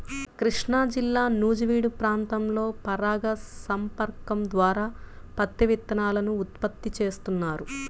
కృష్ణాజిల్లా నూజివీడు ప్రాంతంలో పరాగ సంపర్కం ద్వారా పత్తి విత్తనాలను ఉత్పత్తి చేస్తున్నారు